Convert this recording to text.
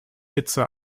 hitze